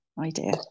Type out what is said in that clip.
idea